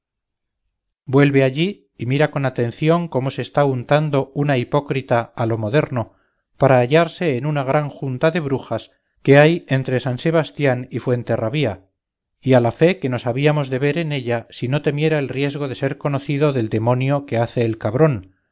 vuelve allí y mira con atención cómo se está untando una hipócrita a lo moderno para hallarse en una gran junta de brujas que hay entre san sebastián y fuenterrabía y a fe que nos habíamos de ver en ella si no temiera el riesgo de ser conocido del demonio que hace el cabrón